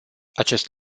acest